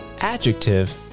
adjective